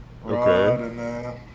Okay